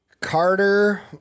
Carter